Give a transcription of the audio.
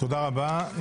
תודה רבה.